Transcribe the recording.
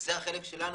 זה החלק שלנו.